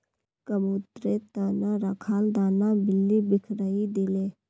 कबूतरेर त न रखाल दाना बिल्ली बिखरइ दिले